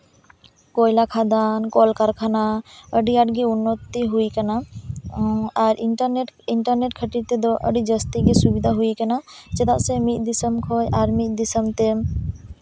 ᱠᱚᱭᱞᱟ ᱠᱷᱟᱫᱟᱱ ᱠᱚᱞᱼᱠᱟᱨᱠᱷᱟᱱᱟ ᱟᱹᱰᱤ ᱟᱸᱴ ᱜᱤ ᱩᱱᱱᱚᱛᱤ ᱦᱩᱭᱟᱠᱟᱱᱟ ᱟᱨ ᱤᱱᱴᱟᱨᱱᱮᱴ ᱤᱱᱴᱟᱨᱱᱮᱴ ᱠᱷᱟᱹᱛᱤᱨ ᱛᱮᱫᱚ ᱟᱹᱰᱤ ᱥᱩᱵᱤᱫᱟ ᱦᱩᱭᱟᱠᱟᱱᱟ ᱪᱮᱫᱟᱜ ᱥᱮ ᱢᱤᱫ ᱫᱤᱥᱚᱢ ᱛᱮ